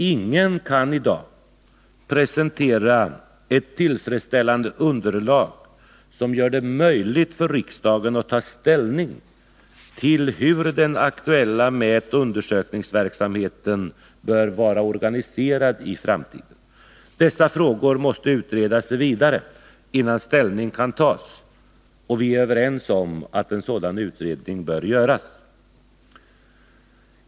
Ingen kan i dag presentera ett tillfredsställande underlag, som gör det möjligt för riksdagen att ta ställning till hur den aktuella mätoch undersökningsverksamheten bör vara organiserad i framtiden. Dessa frågor måste utredas vidare innan ställning kan tas, och vi är överens om att en sådan utredning bör göras.